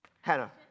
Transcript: Hannah